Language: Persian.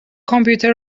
کامپیوتر